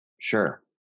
Sure